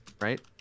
right